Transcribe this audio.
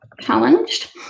challenged